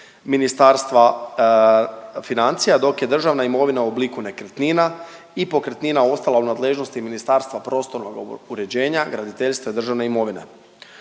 Ministarstva financija, dok je državna imovina u obliku nekretnina i pokretnina ostala u nadležnosti Ministarstva prostornoga uređenja, graditeljstva i državne imovine.